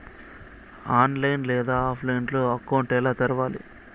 online లేదా ఆఫ్లైన్లో account ఎలా తెరవాలి